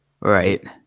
Right